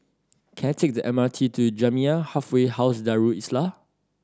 can I take the M R T to Jamiyah Halfway House Darul Islah